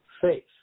faith